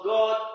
God